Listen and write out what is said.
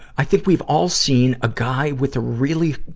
i think we've all seen a guy with a really,